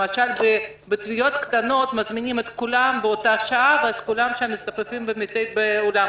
למשל בתביעות קטנות מזמינים את כולם באותה שעה ואז כולם מצטופפים באולם.